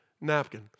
napkin